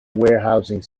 warehousing